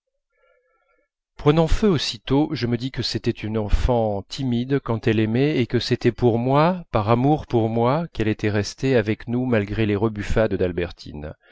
prenant feu aussitôt je me dis que c'était une enfant timide quand elle aimait et que c'était pour moi par amour pour moi qu'elle était restée avec nous malgré les rebuffades d'albertine